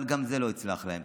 אבל גם זה לא יצלח להם.